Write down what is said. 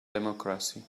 democracy